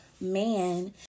man